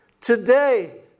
Today